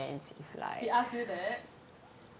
he asked you that